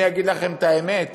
אני אגיד לכם את האמת.